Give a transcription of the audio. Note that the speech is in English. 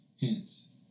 Hence